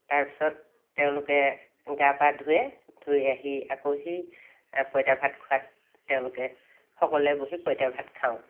তাৰপিছত তেওঁলোকে গা পা ধুৱে ধুই আহি আকৌ সেই পঁইতা ভাত খোৱাত তেওঁলোকে সকলোৱে বহি পঁইতা ভাত খাওঁ